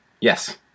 Yes